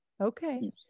Okay